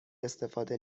استفاده